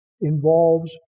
involves